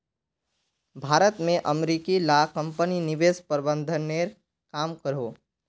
भारत में अमेरिकी ला कम्पनी निवेश प्रबंधनेर काम करोह